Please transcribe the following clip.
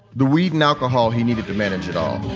the weed and alcohol he needed to manage it all